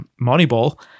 Moneyball